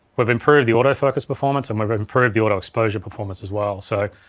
we've improved the autofocus performance and we've improved the autoexposure performance as well. so,